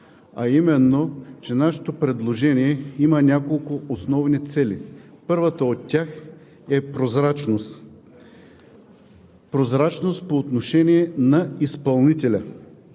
а именно, че нашето предложение има няколко основни цели. Първата от тях е прозрачност по отношение на изпълнителя,